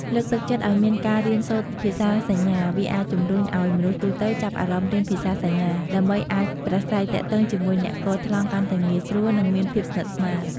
លើកទឹកចិត្តឲ្យមានការរៀនសូត្រភាសាសញ្ញា វាអាចជំរុញឲ្យមនុស្សទូទៅចាប់អារម្មណ៍រៀនភាសាសញ្ញា ដើម្បីអាចប្រាស្រ័យទាក់ទងជាមួយអ្នកគរថ្លង់កាន់តែងាយស្រួល នឹងមានភាពស្និតស្នាល ។